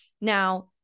Now